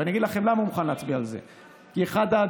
ואני אגיד לכם למה הוא מוכן להצביע על זה,